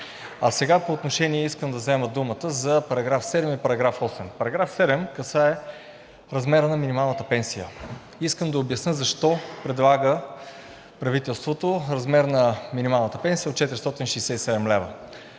процедурни правила. Искам да взема думата за § 7 и § 8. Параграф 7 касае размера на минималната пенсия. Искам да обясня защо предлага правителството размер на минималната пенсия от 467 лв.